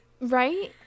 Right